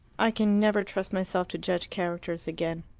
i can never trust myself to judge characters again.